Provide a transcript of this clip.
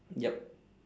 yup